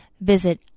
Visit